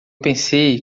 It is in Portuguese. pensei